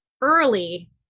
early